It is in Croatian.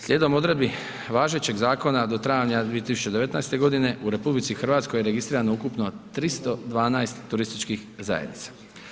Slijedom odredbi važećeg zakona do travnja 2019. godine u RH je registrirano ukupno 312 turističkih zajednica.